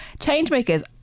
Changemakers